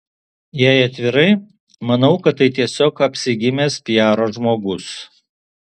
jei atvirai manau kad tai tiesiog apsigimęs piaro žmogus